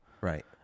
Right